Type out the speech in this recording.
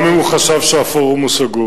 גם אם הוא חשב שהפורום הוא סגור.